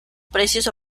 precios